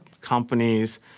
companies